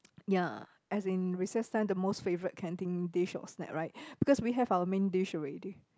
ya as in recess time the most favourite canteen dish or snack right because we have our main dish already